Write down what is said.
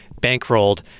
bankrolled